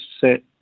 set